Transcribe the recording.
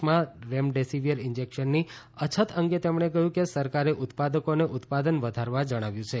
દેશમાં રેમડેસિવીર ઇન્જેકશનની અછત અંગે તેમણે કહ્યું કે સરકારે ઉત્પાદકોને ઉત્પાદન વધારવા જણાવ્યું છે